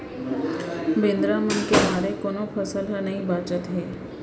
बेंदरा मन के मारे कोनो फसल ह नइ बाच पावत हे